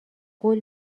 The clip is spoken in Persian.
قول